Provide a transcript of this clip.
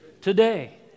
today